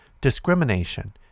discrimination